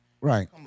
Right